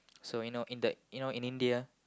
so you know in the you know in India